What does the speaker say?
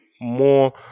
more